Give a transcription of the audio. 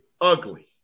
ugly